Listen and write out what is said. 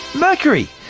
mercury!